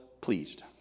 pleased